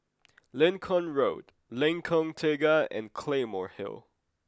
Lincoln Road Lengkong Tiga and Claymore Hill